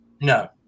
No